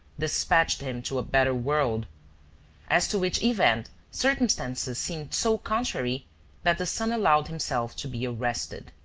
despatched him to a better world as to which event circumstances seemed so contrary that the son allowed himself to be arrested.